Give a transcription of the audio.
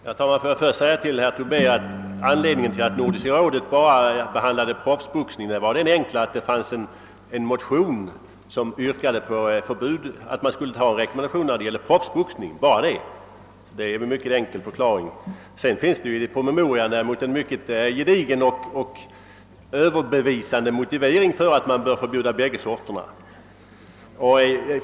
Herr talman! Låt mig först säga till herr Tobé att anledningen till att Nordiska rådet bara behandlade proffsboxningen helt enkelt var att det fanns en motion som yrkade på att man skulle rekommendera förbud mot proffsboxning, alltså bara proffsboxning. Sedan finns det ju i departementspromemorian en mycket gedigen och övertygande motivering för att man bör förbjuda båda slagen av boxning.